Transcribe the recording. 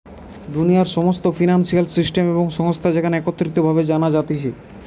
দুনিয়ার সমস্ত financial system এবং সংস্থা যেখানে একত্রিত ভাবে জানা যাতিছে